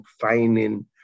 finding